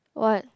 what